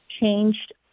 changed